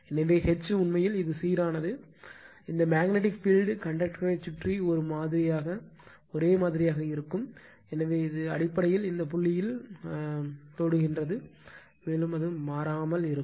எனவே H உண்மையில் இது சீரானது இந்த மேக்னெட்டிக் பீல்ட் கண்டக்டர் யைச் சுற்றி ஒரே மாதிரியாக இருக்கிறது எனவே இது அடிப்படையில் இந்த புள்ளியில் தொடுகின்றது மேலும் அது மாறாமல் இருக்கும்